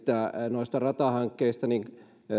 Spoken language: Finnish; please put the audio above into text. noista ratahankkeista että